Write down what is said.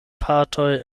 partoj